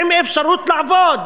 עם אפשרות לעבוד.